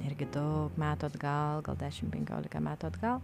irgi daug metų atgal gal dešimt penkiolika metų atgal